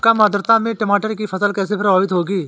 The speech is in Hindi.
कम आर्द्रता में टमाटर की फसल कैसे प्रभावित होगी?